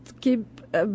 keep